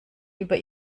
über